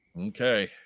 Okay